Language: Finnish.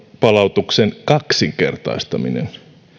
palautuksen kaksinkertaistaminen